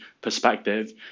perspective